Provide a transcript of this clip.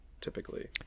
typically